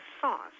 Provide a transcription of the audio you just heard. sauce